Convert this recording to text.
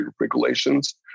regulations